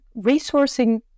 resourcing